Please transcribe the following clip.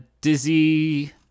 Dizzy